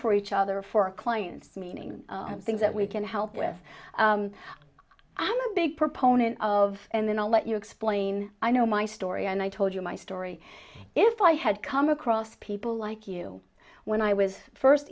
for each other for our clients meaning things that we can help with i'm a big proponent of and then i'll let you explain i know my story and i told you my story if i had come across people like you when i was first